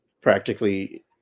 practically